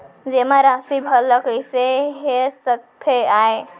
जेमा राशि भला कइसे हेर सकते आय?